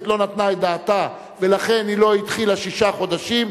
לא נתנה את דעתה ולכן היא לא התחילה שישה חודשים,